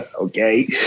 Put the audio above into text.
okay